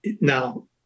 Now